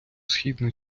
східна